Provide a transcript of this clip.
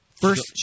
First